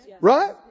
Right